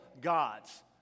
gods